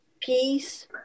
peace